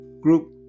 group